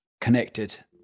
connected